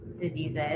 diseases